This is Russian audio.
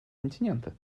континента